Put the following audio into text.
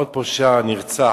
עוד פושע נרצח,